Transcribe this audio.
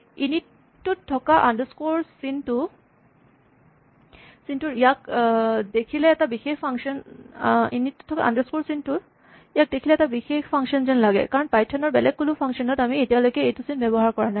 init টোত থকা underscore চিনটোৰ ইয়াক দেখিলে এটা বিশেষ ফাংচন যেন লাগে কাৰণ পাইথন ৰ বেলেগ কোনো ফাংচন ত আমি এতিয়ালৈকে এইটো চিন ব্যৱহাৰ কৰা নাই